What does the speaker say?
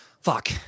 fuck